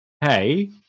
Hey